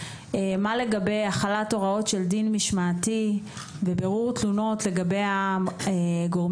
מה לגבי החלת הוראות של דין משמעתי בבירור תלונות לגבי הגורמים